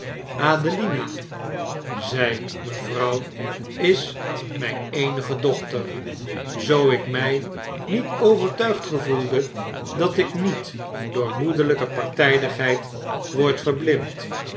zei mevrouw is myn eenige dochter zoo ik my niet overtuigd gevoelde dat ik niet door moederlyke partydigheid word verblind